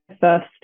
first